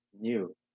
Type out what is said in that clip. new